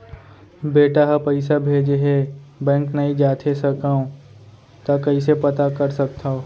बेटा ह पइसा भेजे हे बैंक नई जाथे सकंव त कइसे पता कर सकथव?